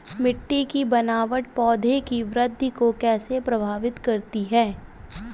मिट्टी की बनावट पौधों की वृद्धि को कैसे प्रभावित करती है?